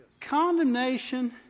Condemnation